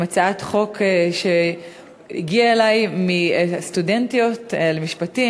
עם הצעת חוק שהגיעה אלי מסטודנטיות למשפטים,